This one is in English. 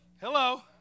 Hello